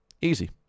Easy